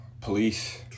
Police